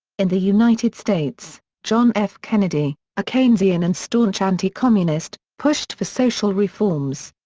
in the united states, john f. kennedy, a keynesian and staunch anti-communist, pushed for social reforms.